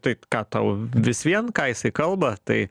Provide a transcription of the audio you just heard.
tai ką tau vis vien ką jisai kalba tai